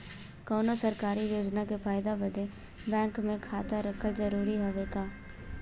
कौनो सरकारी योजना के फायदा बदे बैंक मे खाता रहल जरूरी हवे का?